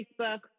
Facebook